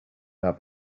have